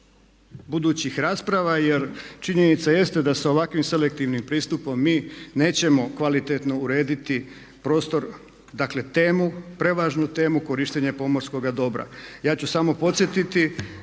budućih rasprava jer činjenica jeste da se ovakvim selektivnim pristupom mi nećemo kvalitetno urediti prostor, dakle temu prevažnu temu korištenje pomorskoga dobra. Ja ću samo podsjetiti